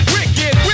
Wicked